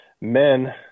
men